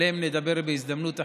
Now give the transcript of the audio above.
ועליהם נדבר בהזדמנות אחרת.